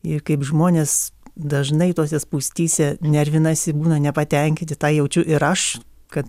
ir kaip žmonės dažnai tose spūstyse nervinasi būna nepatenkinti tą jaučiu ir aš kad